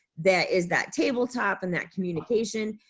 there is that tabletop and that communication,